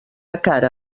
castell